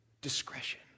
discretion